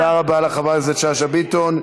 תודה רבה לחברת הכנסת שאשא ביטון.